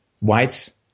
whites